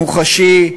מוחשי,